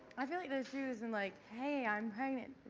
i feel like this shoot isn't like, hey, i'm pregnant.